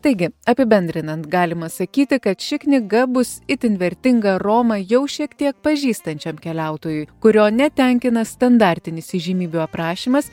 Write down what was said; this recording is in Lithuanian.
taigi apibendrinant galima sakyti kad ši knyga bus itin vertinga romą jau šiek tiek pažįstančiam keliautojui kurio netenkina standartinis įžymybių aprašymas